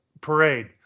parade